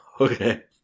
okay